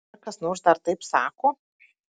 ar kas nors dar taip sako